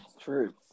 True